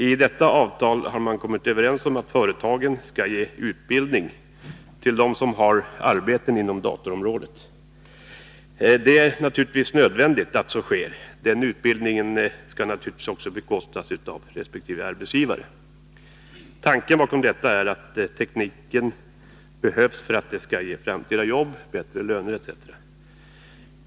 I detta avtal har man kommit överens om att företagen skall ge utbildning till dem som nu har arbeten inom dataområdet. Det är naturligtvis nödvändigt att så sker. Den utbildningen skall självfallet bekostas av resp. arbetsgivare. Tanken bakom detta är att tekniken behövs för att ge framtida jobb, bättre löner etc.